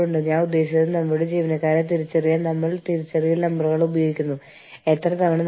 multi national enterprise പ്രവർത്തിക്കുന്ന ഓരോ രാജ്യങ്ങളിലെയും തൊഴിൽ നിയമങ്ങളും സമ്പ്രദായങ്ങളും നമ്മൾ വിശകലനം ചെയ്യണം